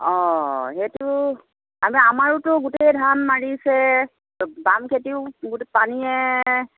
অঁ সেইটো আমি আমাৰোটো গোটেই ধান মাৰিছে বাম খেতিও গোটেই পানীয়ে